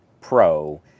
Pro